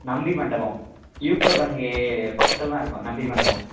நம்பி Mandapam UCO bank பக்கத்தில் தான் இருக்கும் நம்பி மண்டபம்